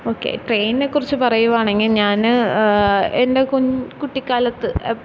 okay ട്രെയിനിനെ കുറിച്ച് പറയുവാണെങ്കില് ഞാന് എൻ്റെ കുട്ടിക്കാലത്ത്